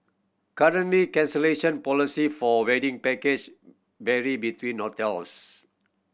currently cancellation policy for wedding packages vary between hotels